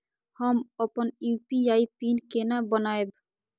हम अपन UPI PIN केना बनैब?